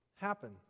happen